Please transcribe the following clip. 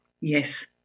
yes